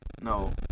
No